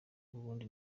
ubundi